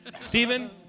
Stephen